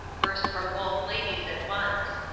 burst from both ladies at once.